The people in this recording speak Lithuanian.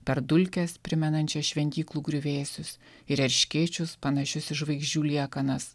per dulkes primenančias šventyklų griuvėsius ir erškėčius panašius į žvaigždžių liekanas